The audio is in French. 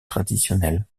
traditionnelle